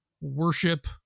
worship